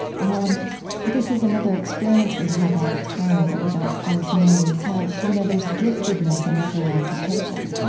and this is another experience we have all the time but we don't always name, is how you know there's giftedness in every occupation,